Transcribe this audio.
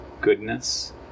goodness